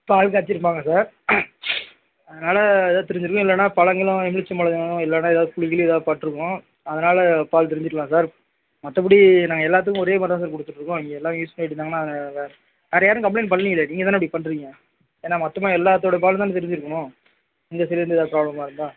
பால் காய்ச்சிருப்பாங்க சார் அதனால் எதாவது திரிஞ்சிருக்கும் இல்லைன்னா பழங்கிழம் எலுலிச்ச பழம் இல்லைன்னா எதாவது புளிக்கிளி எதா பட்டுருக்கும் அதனால் பால் திரிஞ்சிருக்கலாம் சார் மற்றபடி நாங்கள் எல்லாத்துக்கும் ஒரேமாதிரி தான் சார் கொடுத்துட்ருக்கோம் இங்கே எல்லாரும் யூஸ் பண்ணிட்டுதான்மா வே வேறு யாரும் கம்பளைண்ட் பண்ணலிங்களே நீங்க தான அப்படி பண்ணுறீங்க ஏன்னா மொத்தமாக எல்லாத்தோட பாலும் தான் திரிஞ்சிருக்கணும் உங்கள் சைடுலேந்து எதா ப்ராப்லமாக இருந்தால்